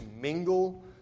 mingle